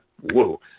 whoa